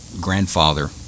grandfather